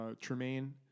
Tremaine